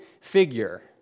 figure